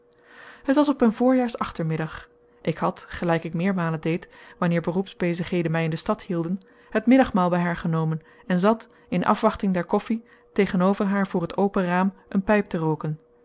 het was op een voorjaars achtermiddag ik had gelijk ik meermalen deed wanneer beroepsbezigheden mij in de stad hielden het middagmaal bij haar genomen en zat in afwachting der koffie tegen-over haar voor het open raam een pijp te rooken